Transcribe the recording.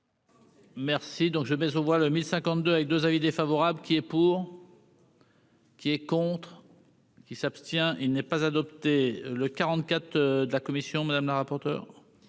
Merci donc je vais au voit le 1052 et 2 avis défavorables qui est pour. Qui est contre. Qui s'abstient, il n'est pas adopté le 44 de la commission madame la rapporteure.